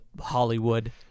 Hollywood